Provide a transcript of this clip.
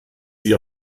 sie